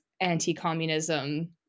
anti-communism